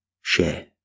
share